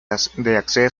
acceso